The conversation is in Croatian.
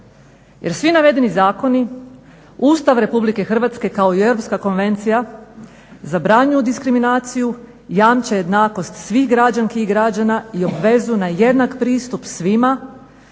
jer svi navedeni zakoni Ustav RH kao i Europska konvenciji zabranjuju diskrimanciju jamče jednakost svih građanki i građana i obvezuju na jednak pristup svima